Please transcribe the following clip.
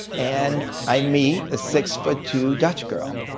and i meet a six foot two dutch girl.